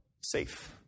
safe